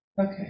Okay